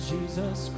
Jesus